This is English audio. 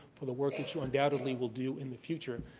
for the work that you undoubtedly will do in the future.